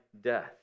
death